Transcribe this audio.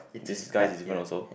this guy is different also